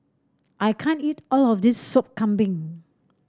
I can't eat all of this Sop Kambing